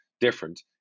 different